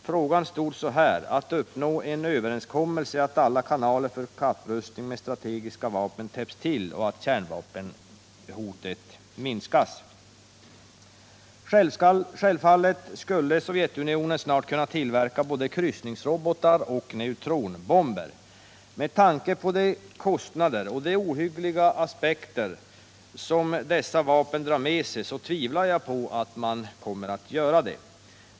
Frågan stod så här: att uppnå en sådan överenskommelse att alla kanaler för kapprustning med strategiska vapen täpps till och kärnvapenkrigshotet minskas.” Självfallet skulle Sovjetunionen snart kunna tillverka både kryssningsrobotar och neutronbomber. Med tanke på kostnaderna och de ohyggliga aspekter som dessa vapen har tvivlar jag på att man kommer att göra det.